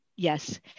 Yes